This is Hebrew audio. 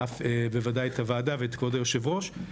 את הוועדה ואת כבוד יושב הראש,